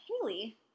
Haley